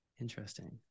Interesting